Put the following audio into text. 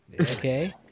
Okay